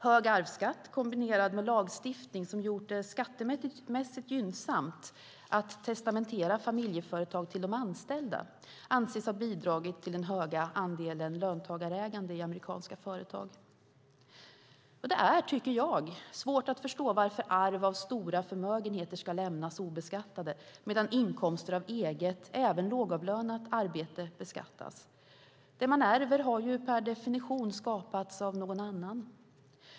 Hög arvsskatt kombinerat med lagstiftning som har gjort det skattemässigt gynnsamt att testamentera familjeföretag till de anställda anses ha bidragit till den stora andelen löntagarägande i amerikanska företag. Jag tycker att det är svårt att förstå varför arv av stora förmögenheter ska lämnas obeskattade medan inkomster av eget, även lågavlönat, arbete beskattas. Det man ärver har ju per definition skapats av någon annan.